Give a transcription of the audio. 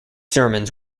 sermons